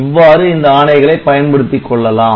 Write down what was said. இவ்வாறு இந்த ஆணைகளை பயன்படுத்திக் கொள்ளலாம்